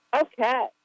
Okay